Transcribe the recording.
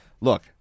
look